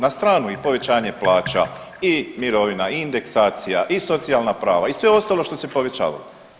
Na stranu i povećanje plaća i mirovina i indeksacija i socijalna prava i sve ostalo što se povećavalo.